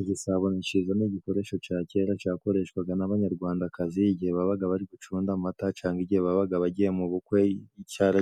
Igisabo ni ciza ni igikoresho ca kera cakoreshwaga n'abanyarwandakazi igihe babaga bari gucunda amata, canga igihe babaga bagiye mu bukwe cyara